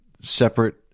separate